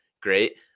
great